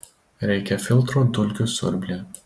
reikia filtro dulkių siurbliui